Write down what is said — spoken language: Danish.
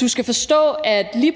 Du skal forstå, at lige